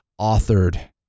authored